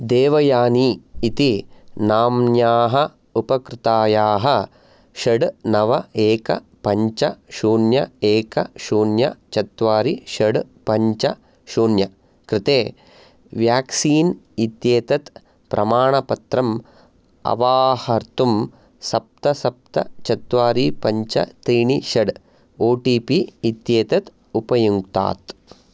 देवयानी इति नाम्न्याः उपकृतायाः षट् नव एक पञ्च शून्य एक शून्य चत्वारि षड् पञ्च शून्य कृते व्याक्सीन् इत्येतत् प्रमाणपत्रम् अवाहर्तुं सप्त सप्त चत्वारि पञ्च त्रीणि षट् ओ टि पि इत्येतत् उपयुङ्क्तात्